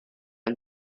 and